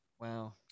Wow